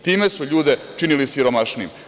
Time su ljude činili siromašnijim.